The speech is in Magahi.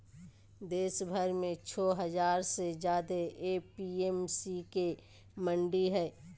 देशभर में छो हजार से ज्यादे ए.पी.एम.सी के मंडि हई